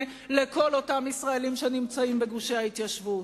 לכל אותם ישראלים שנמצאים בגושי ההתיישבות.